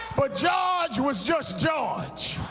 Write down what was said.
but george was just george.